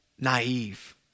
naive